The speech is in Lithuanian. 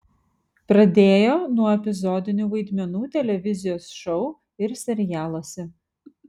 pradėjo nuo epizodinių vaidmenų televizijos šou ir serialuose